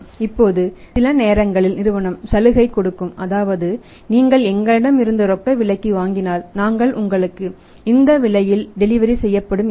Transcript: இப்பொழுது சில நேரங்களில் நிறுவனம் சலுகை கொடுக்கும் அதாவது "நீங்கள் எங்களிடம் இருந்து ரொக்க விலைக்கு வாங்கினால் நாங்கள் உங்களுக்கு இந்த விலையில் டெலிவரி செய்யப்படும்" என்று